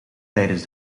tijdens